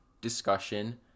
discussion